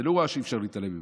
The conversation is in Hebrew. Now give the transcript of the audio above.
זה לא אירוע שאפשר להתעלם ממנו.